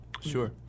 sure